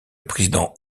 président